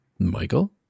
Michael